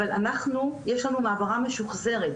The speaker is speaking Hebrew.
אבל אנחנו יש לנו מעברה משוחזרת,